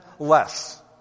Less